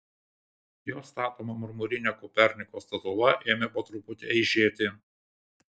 jo statoma marmurinė koperniko statula ėmė po truputį eižėti